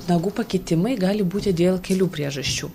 nagų pakitimai gali būti dėl kelių priežasčių